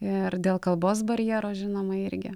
ir dėl kalbos barjero žinoma irgi